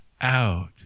out